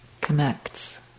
Connects